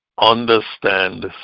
understand